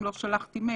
אם לא שלחתי מייל,